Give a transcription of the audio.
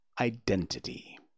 Identity